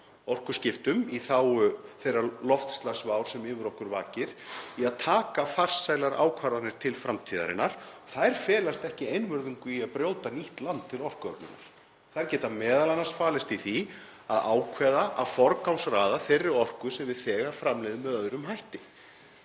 orkuskiptum vegna þeirrar loftslagsvár sem yfir okkur vakir, í að taka farsælar ákvarðanir til framtíðarinnar. Þær felast ekki einvörðungu í að brjóta nýtt land til orkuöflunar. Þær geta m.a. falist í því að ákveða að forgangsraða þeirri orku sem við þegar framleiðum með öðrum hætti.